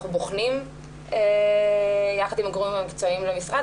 אנחנו בוחנים יחד עם הגורמים המקצועיים במשרד,